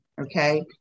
Okay